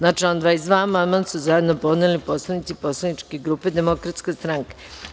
Na član 22. amandman su zajedno podneli poslanici Poslaničke grupe Demokratska stranka.